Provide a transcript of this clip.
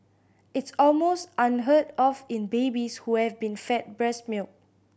it's almost unheard of in babies who have been fed breast milk